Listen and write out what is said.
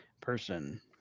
person